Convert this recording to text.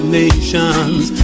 nations